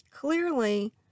clearly